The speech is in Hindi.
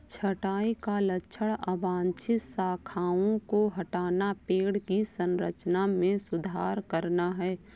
छंटाई का लक्ष्य अवांछित शाखाओं को हटाना, पेड़ की संरचना में सुधार करना है